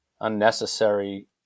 unnecessary